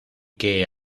que